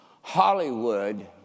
Hollywood